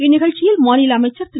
இந்நிகழ்ச்சியில் மாநில அமைச்சர் திரு